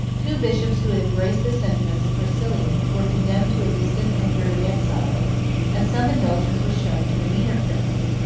two bishops who had embraced the sentiments of priscillian, were condemned to a distant and dreary exile and some indulgence was shown to the meaner criminals,